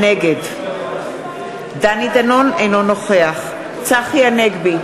נגד דני דנון, אינו נוכח צחי הנגבי,